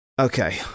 okay